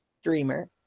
streamer